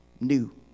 new